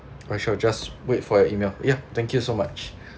uh sure just wait for your email ya thank you so much